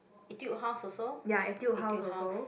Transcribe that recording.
Etude-House also Etude-House